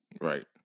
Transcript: Right